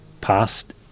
Past